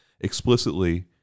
explicitly